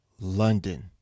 London